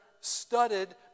studded